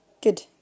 good